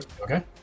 Okay